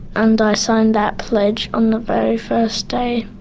and i signed that pledge on the very first day.